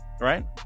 right